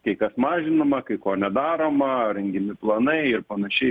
kai kas mažinama kai ko nedaroma rengiami planai ir panašiai